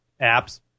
apps